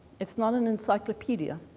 it's not an encyclopedia,